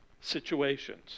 situations